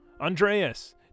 Andreas